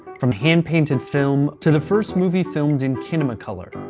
from hand-painted film to the first movie filmed in kinemacolor,